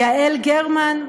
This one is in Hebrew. יעל גרמן,